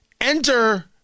Enter